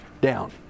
Down